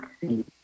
see